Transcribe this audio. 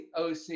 OC